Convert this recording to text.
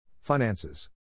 Finances